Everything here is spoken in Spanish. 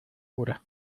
cura